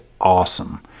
awesome